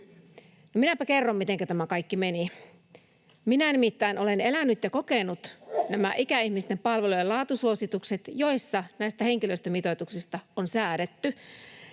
minäpä kerron, mitenkä tämä kaikki meni. Minä nimittäin olen elänyt ja kokenut nämä ikäihmisten palvelujen laatusuositukset, joissa henkilöstömitoituksista on säädetty.